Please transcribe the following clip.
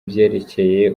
vyerekeye